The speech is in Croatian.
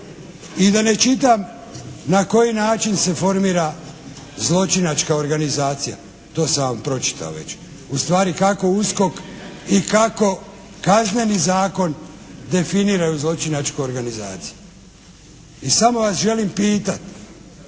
I da ne čitam na koji način se formira zločinačka organizacija. To sam vam pročitao već. Ustvari kako USKOK i kako Kazneni zakon definiraju zločinačku organizaciju. I sam vas želim pitati